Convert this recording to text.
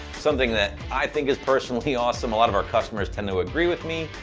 something that i think is personally awesome. a lot of our customers tend to agree with me,